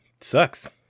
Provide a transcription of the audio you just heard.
Sucks